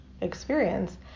experience